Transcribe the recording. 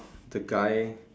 the guy